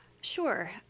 Sure